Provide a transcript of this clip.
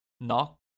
Knock